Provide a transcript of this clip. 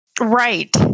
Right